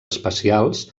especials